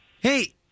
Hey